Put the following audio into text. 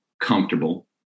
comfortable